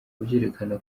byerekana